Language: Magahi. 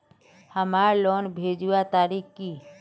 हमार लोन भेजुआ तारीख की?